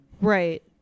Right